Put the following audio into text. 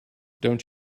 don’t